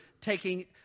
taking